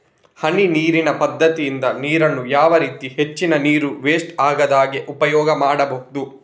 ಹನಿ ನೀರಿನ ಪದ್ಧತಿಯಿಂದ ನೀರಿನ್ನು ಯಾವ ರೀತಿ ಹೆಚ್ಚಿನ ನೀರು ವೆಸ್ಟ್ ಆಗದಾಗೆ ಉಪಯೋಗ ಮಾಡ್ಬಹುದು?